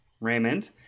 Raymond